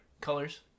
colors